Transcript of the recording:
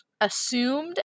assumed